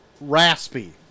Raspy